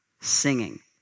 singing